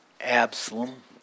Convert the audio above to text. Absalom